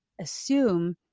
assume